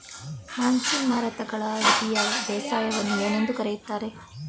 Monsoon ಮಾರುತಗಳ ಅವಧಿಯ ಬೇಸಾಯವನ್ನು ಏನೆಂದು ಕರೆಯುತ್ತಾರೆ?